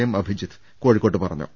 M Abhijith കോഴിക്കോട്ട് പറഞ്ഞു